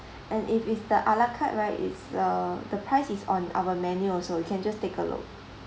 and if it's the a la carte right it's uh the price is on our menu also you can just take a look